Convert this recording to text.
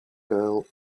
girl